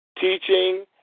teaching